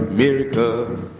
miracles